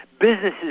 businesses